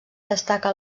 destaca